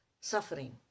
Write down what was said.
suffering